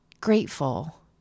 grateful